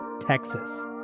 Texas